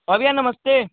और भैया नमस्ते